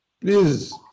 Please